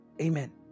Amen